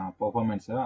performance